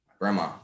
grandma